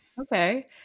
Okay